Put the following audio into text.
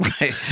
Right